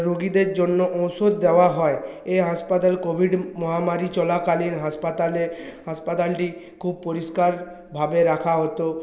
রোগীদের জন্য ওষুধ দেওয়া হয় এ হাসপাতাল কোভিড মহামারি চলাকালীন হাসপাতালে হাসপাতালটি খুব পরিষ্কারভাবে রাখা হত